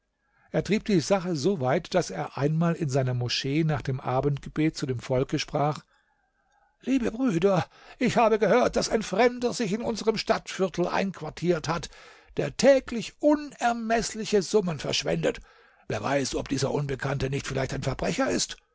er trieb die sache soweit daß er einmal in seiner moschee nach dem abendgebet zu dem volke sprach liebe brüder ich habe gehört daß ein fremder sich in unserm stadtviertel einquartiert hat der täglich unermeßliche summen verschwendet wer weiß ob dieser unbekannte nicht vielleicht ein verbrecher ist